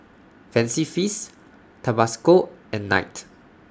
Fancy Feast Tabasco and Knight